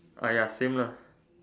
ah ya same lah